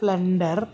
splendor